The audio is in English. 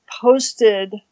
posted